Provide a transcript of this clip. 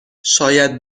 شاید